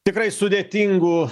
tikrai sudėtingų